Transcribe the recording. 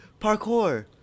parkour